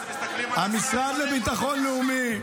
איך שמסתכלים על המשרד לביטחון לאומי.